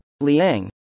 Liang